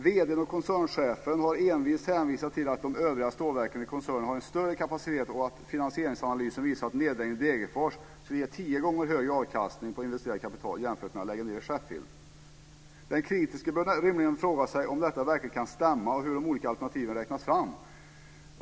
Vd:n och koncernchefen har envist hänvisat till att de övriga stålverken i koncernen har en större kapacitet och att finansieringsanalysen visar att nedläggning i Degerfors skulle ge tio gånger högre avkastning på investerat kapital jämfört med nedläggning i Den kritiske bör rimligen fråga sig om detta verkligen kan stämma, och hur de olika alternativen räknats fram.